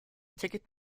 ticket